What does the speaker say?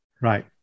Right